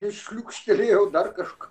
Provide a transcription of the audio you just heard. ir šliūkštelėjo dar kažką